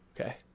Okay